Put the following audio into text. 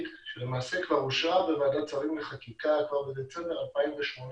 שלמעשה כבר אושרה בוועדת שרים לחקיקה כבר בדצמבר 2018